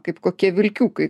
kaip kokie vilkiukai